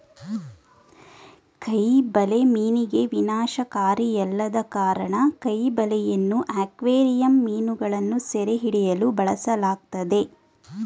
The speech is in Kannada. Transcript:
ಕೈ ಬಲೆ ಮೀನಿಗೆ ವಿನಾಶಕಾರಿಯಲ್ಲದ ಕಾರಣ ಕೈ ಬಲೆಯನ್ನು ಅಕ್ವೇರಿಯಂ ಮೀನುಗಳನ್ನು ಸೆರೆಹಿಡಿಯಲು ಬಳಸಲಾಗ್ತದೆ